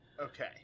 Okay